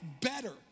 better